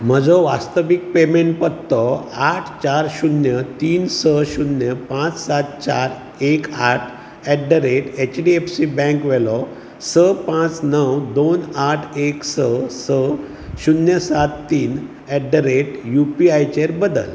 म्हजो वास्तवीक पेमेंट पत्तो आठ चार शुन्य तीन स शुन्य पांच सात चार एक आठ at the rate H D F C bank वेलो स पांच णव दोन आठ एक स स शुन्य सात तीन एत्दरेट यू पी आय चेर बदल